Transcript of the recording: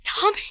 Tommy